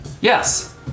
Yes